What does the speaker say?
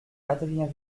adrien